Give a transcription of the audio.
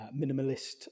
minimalist